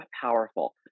powerful